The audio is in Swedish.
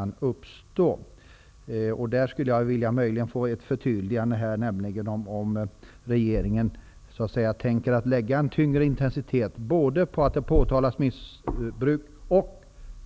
I det sammanhanget skulle jag vilja få ett förtydligande. Tänker regeringen så att säga lägga tyngre intensitet både vid att påtala missbruk och